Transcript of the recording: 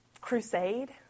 crusade